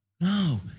No